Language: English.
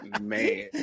Man